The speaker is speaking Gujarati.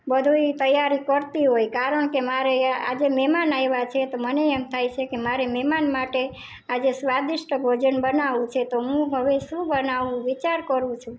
બધુંય તૈયારી કરતી હોય કારણ કે મારે આજે મહેમાન આવ્યા છે તો મને એમ થાય છે કે મારે મહેમાન માટે આજે સ્વાદિષ્ટ ભોજન બનાવવું છે તો હું હવે શું બનાવું વિચાર કરું છું